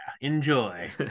Enjoy